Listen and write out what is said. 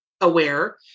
aware